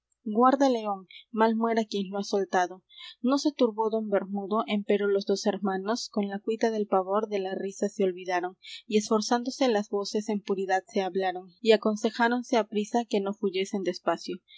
el león mal muera quien lo ha soltado no se turbó don bermudo empero los dos hermanos con la cuita del pavor de la risa se olvidaron y esforzándose las voces en puridad se hablaron y aconsejáronse aprisa que no fuyesen